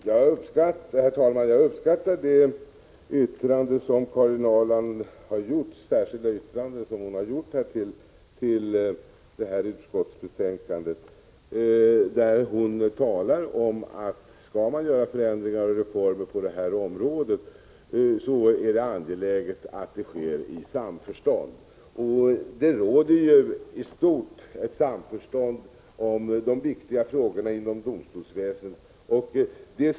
Herr talman! Jag uppskattar Karin Ahrlands särskilda yttrande, som finns fogat till det här utskottsbetänkandet. Där framhålls, att skall man göra förändringar på detta område, är det angeläget att det sker i samförstånd. I stort sett råder det också samförstånd beträffande de viktiga frågorna på domstolsväsendets område.